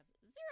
zero